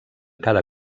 cada